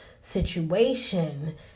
situation